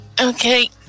Okay